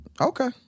okay